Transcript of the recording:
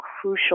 crucial